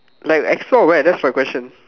like explore where that's my question